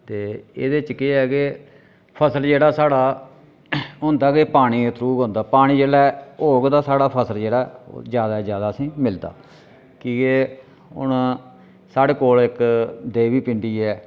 ते एह्दे च केह ऐ केह् फसल जेह्ड़ा साढ़ा होंदा गै पानी दे थ्रू गै होंदा पानी जेल्लै होग ता साढ़ा फसल जेह्ड़ा ऐ ओह् जैदा जैदा असें गी मिलदा कि केह् हून साढ़े कोल इक देवी पिंडी ऐ